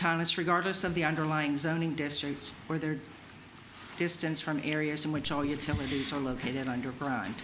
is regardless of the underlying zoning districts or their distance from areas in which all utilities are located underground